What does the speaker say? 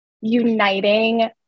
uniting